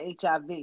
HIV